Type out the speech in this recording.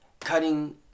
cutting